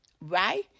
Right